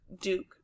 Duke